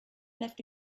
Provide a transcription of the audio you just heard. left